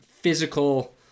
physical